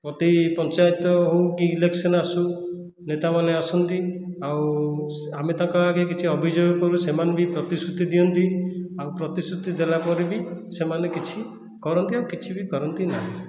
ପ୍ରତି ପଞ୍ଚାୟତ ହେଉ କି ଇଲେକ୍ସନ ଆସୁ ନେତାମାନେ ଆସନ୍ତି ଆଉ ଆମେ ତାଙ୍କ ଆଗେ କିଛି ଅଭିଯୋଗ କଲେ ସେମାନେ ବି ପ୍ରତିଶ୍ରୁତି ଦିଅନ୍ତି ଆଉ ପ୍ରତିଶ୍ରୁତି ଦେଲା ପରେ ବି ସେମାନେ କିଛି କରନ୍ତି ଆଉ କିଛି ବି କରନ୍ତି ନାହିଁ